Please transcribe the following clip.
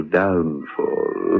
downfall